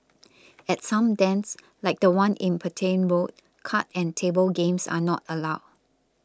at some dens like the one in Petain Road card and table games are not allowed